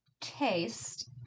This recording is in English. taste